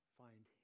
find